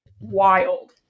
wild